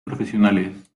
profesionales